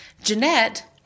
Jeanette